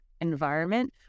environment